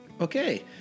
okay